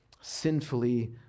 sinfully